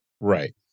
Right